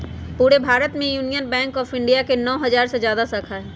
पूरे भारत में union bank of India के नौ हजार से जादा शाखा हई